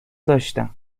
داشتم